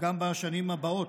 גם בשנים הבאות,